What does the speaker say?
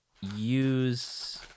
use